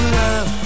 love